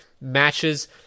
matches